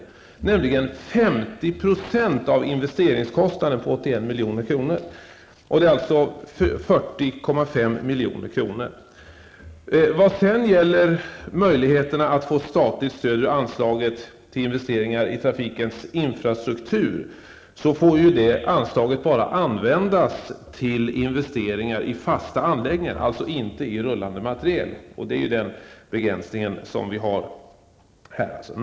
Man har nämligen fått 50 % av investeringskostnaden, som uppgår till 81 Vad sedan gäller möjligheterna att få statligt stöd från anslaget till investeringar i trafikens infrastruktur vill jag framhålla att det anslaget endast får användas till investeringar i fasta anläggningar. Anslaget får alltså inte användas till investeringar i rullande materiel. Det är den begränsning som gäller här.